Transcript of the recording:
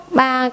ba